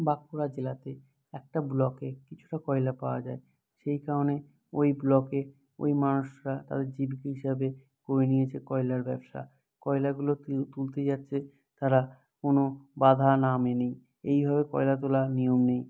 বাঁকুড়া জেলাতে একটা ব্লকে কিছুটা কয়লা পাওয়া যায় সেই কারণে ওই ব্লকে ওই মানুষরা তাদের জীবিকা হিসাবে করে নিয়েছে কয়লার ব্যবসা কয়লাগুলো তুলতে যাচ্ছে তারা কোনও বাধা না মেনেই এইভাবে কয়লা তোলার নিয়ম নেই